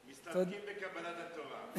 מסתפקים בקבלת התורה.